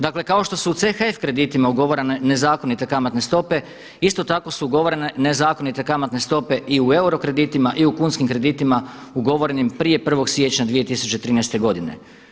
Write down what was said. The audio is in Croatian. Dakle, kao što su CHF kreditima ugovorene nezakonite kamatne stope isto tako su ugovorene nezakonite kamatne stope i u euro kreditima i u kunskim kreditima ugovorenim prije 1. siječnja 2013. godine.